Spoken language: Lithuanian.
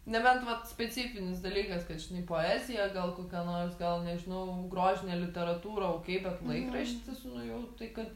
nebent vat specifinis dalykas kad žinai poezija gal kokia nors gal nežinau grožinė literatūra okei bet laikraštis nu jau tai kad